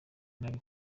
nabi